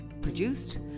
produced